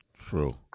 True